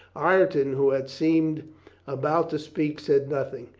ireton, who had seemed about to speak, said nothing,